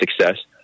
success